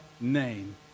name